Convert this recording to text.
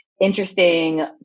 interesting